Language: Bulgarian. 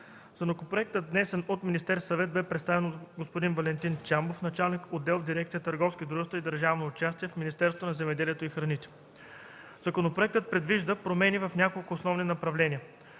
Законопроектът, внесен от Министерския съвет, бе представен от господин Валентин Чамбов – началник на отдел в дирекция „Търговски дружества и държавно участие“ в Министерството на земеделието и храните. Законопроектът предвижда промени в няколко основни направления.